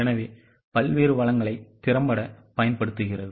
எனவே பல்வேறுவளங்களைதிறம்பட பயன்படுத்துகிறது